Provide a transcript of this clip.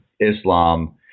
Islam